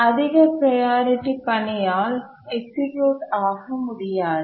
அதிக ப்ரையாரிட்டி பனியால் எக்சீக்யூட் ஆக முடியாது